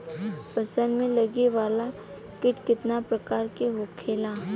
फसल में लगे वाला कीट कितने प्रकार के होखेला?